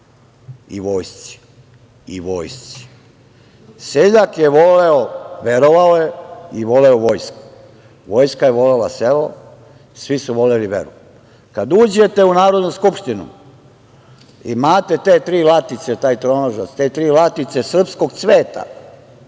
veri i vojsci. Seljak je voleo, verovao je i voleo vojsku. Vojska je volela selo i svi su voleli veru. Kada uđete u Narodnu skupštinu imate te tri latice, taj tronožac, te tri latice srpskog cveta